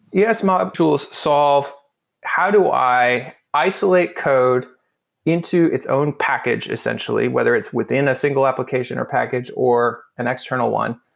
yeah es modules solve how do i isolate code into its own package essentially, whether it's within a single application, or package, or an external one,